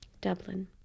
Dublin